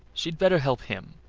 she'd better help him.